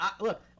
Look